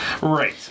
Right